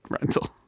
rental